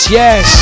yes